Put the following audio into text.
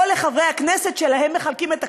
או לחברי הכנסת שלהם מחלקים את ה"קניפלך".